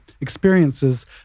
experiences